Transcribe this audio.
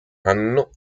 anno